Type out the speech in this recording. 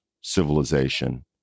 civilization